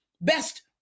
best